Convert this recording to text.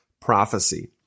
prophecy